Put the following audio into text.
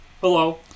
Hello